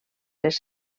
les